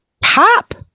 pop